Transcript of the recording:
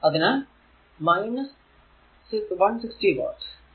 അതിനാൽ 160 വാട്ട്